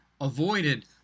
avoided